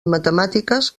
matemàtiques